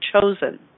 chosen